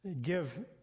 give